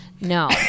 no